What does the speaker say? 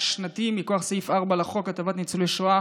שנתי מכוח סעיף 4 לחוק הטבות לניצולי שואה